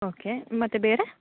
okay ಮತ್ತೆ ಬೇರೆ